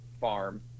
farm